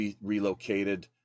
relocated